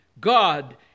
God